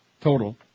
Total